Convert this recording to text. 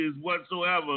whatsoever